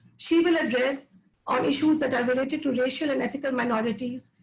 she will address on issues that are related to racial and ethical minorities,